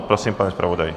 Prosím, pane zpravodaji.